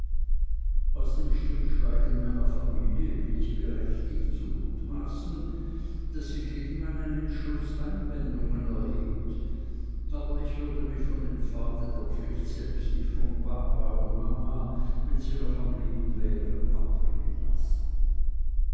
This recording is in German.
aus dem stillschweigen meiner familie bin ich berechtigt zu mutmaßen daß sie gegen meinen entschluß einwendungen erhebt aber ich würde mich von dem pfade der pflicht selbst nicht von papa und mama wenn sie noch am leben wären abbringen lassen